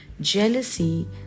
jealousy